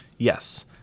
Yes